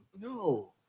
No